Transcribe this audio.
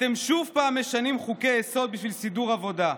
אתם שוב משנים חוקי-יסוד בשביל סידור עבודה.